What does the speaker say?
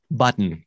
button